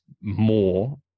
more